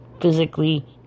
physically